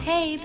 Hey